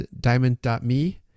diamond.me